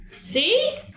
See